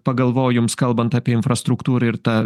pagalvojau jums kalbant apie infrastruktūrą ir tą